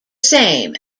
same